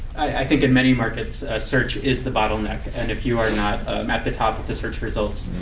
i think in many markets, search is the bottleneck. and if you are not ah um at the top of the search results,